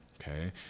okay